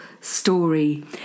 story